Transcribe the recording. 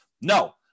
no